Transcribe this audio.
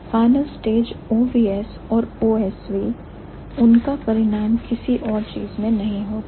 final stage OVS और OSV उनका परिणाम किसी और चीज में नहीं होता